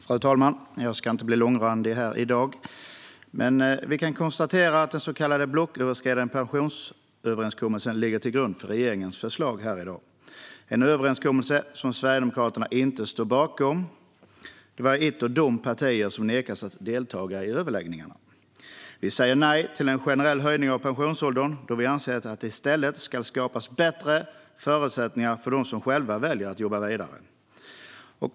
Fru talman! Jag ska inte bli långrandig här i dag. Vi kan konstatera att den så kallade blocköverskridande pensionsöverenskommelsen ligger till grund för regeringens förslag. Det är en överenskommelse som Sverigedemokraterna inte står bakom då vi är ett av de partier som nekats att delta i överläggningarna. Vi säger nej till en generell höjning av pensionsåldern då vi anser att det i stället ska skapas bättre förutsättningar för dem som själva väljer att jobba vidare.